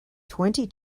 twenty